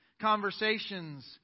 conversations